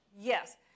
Yes